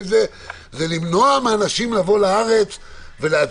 ההחלטה זה העניין של למנוע מאנשים לבוא לארץ ולהצביע.